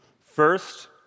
First